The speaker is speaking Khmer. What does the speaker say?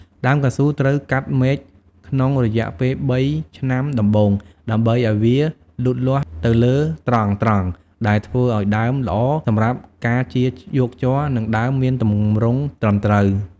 ដើមកៅស៊ូត្រូវកាត់មែកក្នុងរយៈពេល ៣ ឆ្នាំដំបូង ដើម្បីឱ្យវាលូតលាស់ទៅលើត្រង់ៗ ដែលធ្វើឲ្យដើមល្អសម្រាប់ការចៀរយកជ័រ និងដើមមានទម្រង់ត្រឹមត្រូវ។